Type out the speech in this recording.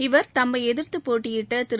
இவர் தம்மை எதிர்த்து போட்டியிட்ட திரு